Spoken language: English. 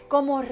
Como